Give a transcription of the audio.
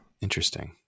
interesting